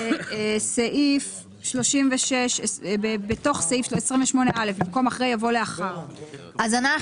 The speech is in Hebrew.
בסעיף 28א במקום "אחרי" יבוא "לאחר".